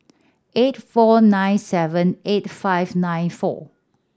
eight four nine seven eight five nine four